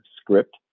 script